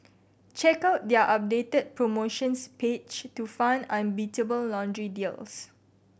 check out their updated promotions page to find unbeatable laundry deals